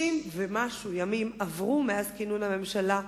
60 ומשהו ימים עברו מאז כינון הממשלה,